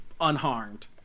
unharmed